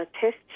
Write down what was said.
test